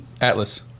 Atlas